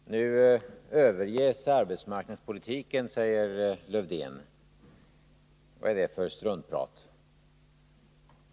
Fru talman! Nu överges arbetsmarknadspolitiken, säger Lars-Erik Löv 16 növeimber 1981 dén. Vad är det för struntprat?